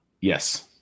Yes